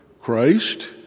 Christ